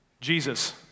Jesus